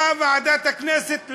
באה ועדת הכנסת,